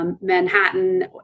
Manhattan